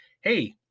Hey